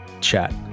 chat